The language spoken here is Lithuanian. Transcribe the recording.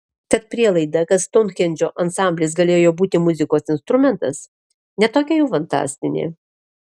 tad prielaida kad stounhendžo ansamblis galėjo būti muzikos instrumentas ne tokia jau fantastinė